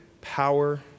power